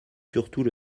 surtout